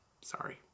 Sorry